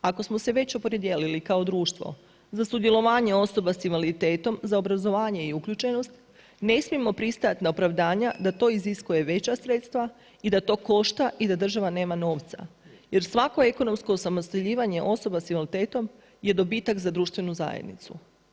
Ako smo se već opredijelili kao društvo za sudjelovanje osoba s invaliditetom, za obrazovanje i uključenost, ne smijemo pristati na opravdanja da to iziskuje već sredstva i da to košta i da država nema novca jer svako ekonomsko osamostaljivanje osoba s invaliditetom je dobitak za društvu zajednicu.